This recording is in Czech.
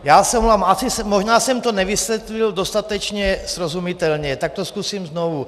Já se omlouvám, možná jsem to nevysvětlil dostatečně srozumitelně, tak to zkusím znovu.